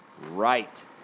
right